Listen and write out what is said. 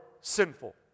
sinful